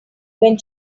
when